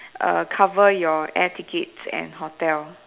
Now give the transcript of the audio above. err cover your air tickets and hotel